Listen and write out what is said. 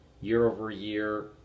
year-over-year